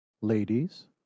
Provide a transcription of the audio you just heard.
Ladies